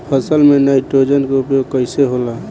फसल में नाइट्रोजन के उपयोग कइसे होला?